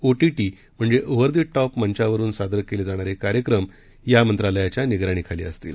OTT म्हणजे over the top मंचावरुन सादर केले जाणारे कार्यक्रम या मंत्रालयाच्या निगराणीखाली असतील